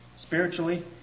spiritually